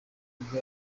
nibwo